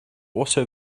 also